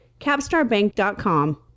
capstarbank.com